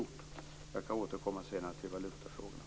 Jag skall senare återkomma till valutafrågorna.